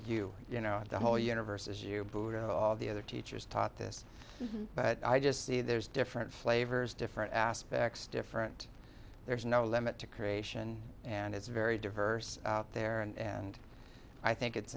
you you know the whole universe as you buddha all the other teachers taught this but i just see there's different flavors different aspects different there is no limit to creation and it's very diverse out there and i think it's